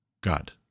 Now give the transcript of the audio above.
God